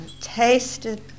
tasted